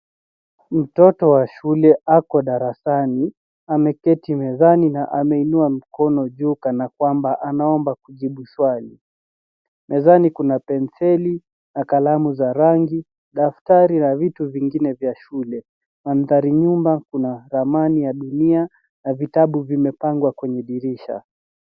Mtoto wa shule ako darasani , ameketi mezani na ameinua mkono juu kana kwamba anaomba kujibu swali. Mezani kuna penseli na kalamu za rangi, daftari na vitu vingine vya shule. Mandhari nyuma kuna ramani ya dunia na vitabu vimepangwa kwenye dirisha.